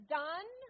done